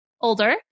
older